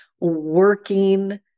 working